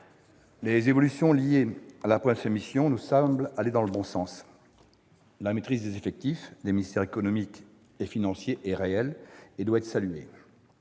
Les évolutions liées à la première de ces missions nous semblent aller dans le bon sens. La maîtrise des effectifs des ministères économiques et financiers est réelle et doit être saluée.